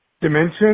dimension